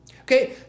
Okay